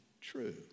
true